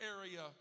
area